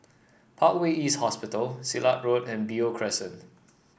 Parkway East Hospital Silat Road and Beo Crescent